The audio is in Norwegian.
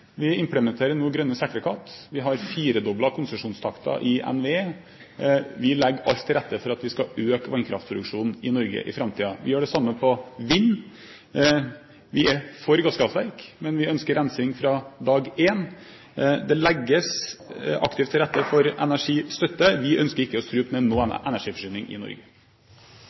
Vi implementerer nå grønne sertifikat. Vi har firedoblet konsesjonstakten i NVE. Vi legger alt til rette for at vi skal øke vannkraftproduksjonen i Norge i framtiden. Vi gjør det samme på vind. Vi er for gasskraftverk, men vi ønsker rensing fra dag én. Det legges aktivt til rette for energistøtte. Vi ønsker ikke å strupe ned noen energiforsyning i Norge.